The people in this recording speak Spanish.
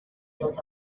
los